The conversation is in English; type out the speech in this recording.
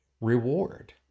reward